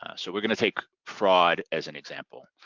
ah so we're gonna take fraud as an example.